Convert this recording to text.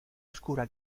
oscura